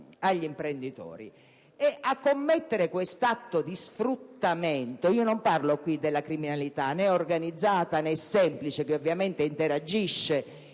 agli imprenditori. A commettere questo atto di sfruttamento - non parlo adesso della criminalità, né organizzata né semplice, che ovviamente interagisce